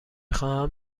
خواهم